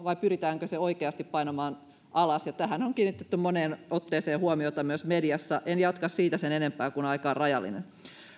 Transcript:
vai pyritäänkö se oikeasti painamaan alas ja tähän on kiinnitetty moneen otteeseen huomiota myös mediassa en jatka siitä sen enempää kun aika on rajallinen